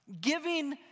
Giving